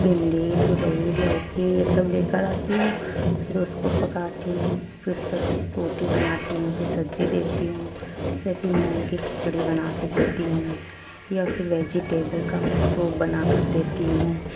بھنڈی ترئی لوکی یہ سب لے کر آتی ہوں پھر اس کو پکاتی ہوں پھر سبزی روٹی بناتی ہوں پھر سبزی دیتی ہوں پھر مونگ کی کھچڑی بنا کے دیتی ہوں یا پھر ویجٹیبل کا سوپ بنا کر دیتی ہوں